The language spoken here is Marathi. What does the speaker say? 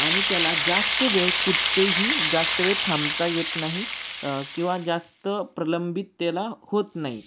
आणि त्याला जास्त वेळ कुठेही जास्त वेळ थांबता येत नाही किंवा जास्त प्रलंबित त्याला होत नाही